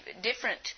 different